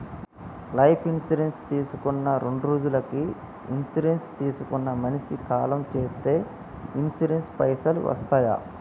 Life insurance తీసుకున్న రెండ్రోజులకి insurance తీసుకున్న మనిషి కాలం చేస్తే ఇన్సూరెన్స్ పైసల్ వస్తయా?